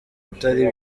atari